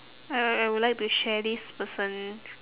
uh I would like to share this person